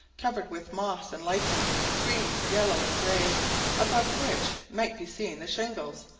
covered with moss and lichens, green, yellow, and grey above which might be seen the shingles,